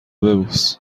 ببوس